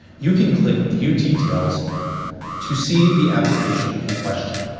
you can click view details to see the application in question.